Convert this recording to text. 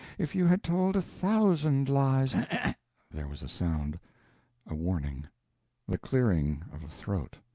if you had told a thousand lies there was a sound a warning the clearing of a throat.